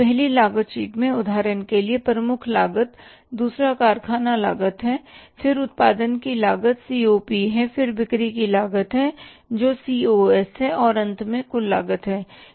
पहली लागत शीट में उदाहरण के लिए प्रमुख लागत दूसरा कारखाना लागत है फिर उत्पादन की लागत सी ओ पी है फिर बिक्री की लागत है जो सीओएस है और अंत में कुल लागत है